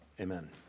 Amen